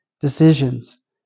decisions